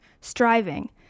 striving